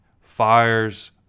fires